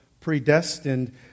predestined